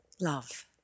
love